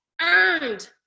earned